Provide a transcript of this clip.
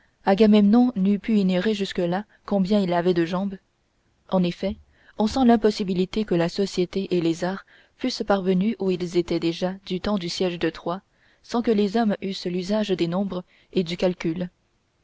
eût pu ignorer jusque-là combien il avait de jambes en effet on sent l'impossibilité que la société et les arts fussent parvenus où ils étaient déjà du temps du siège de troie sans que les hommes eussent l'usage des nombres et du calcul